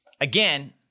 again